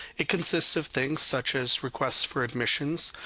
it consists of things such as requests for admissions,